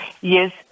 yes